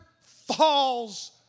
falls